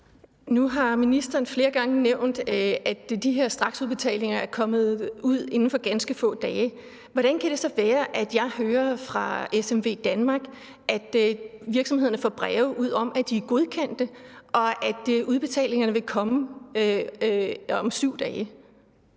Nu har ministeren flere gange nævnt, at de her straksudbetalinger er kommet ud inden for ganske få dage. Hvordan kan det så være, at jeg hører fra SMVdanmark, at virksomhederne får breve ud om, at de er godkendte, men at udbetalingerne vil komme om 7 dage?